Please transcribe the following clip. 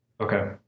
Okay